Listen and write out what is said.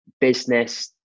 business